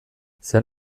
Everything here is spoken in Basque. zer